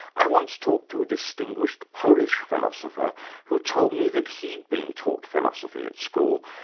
i once talked to a distinguished polish philosopher who told me that he'd been taught philosophy at school,